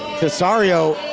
tresario,